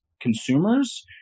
consumers